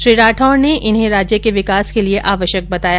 श्री राठौड ने इन्हें राज्य के विकास के लिये आवश्यक बताया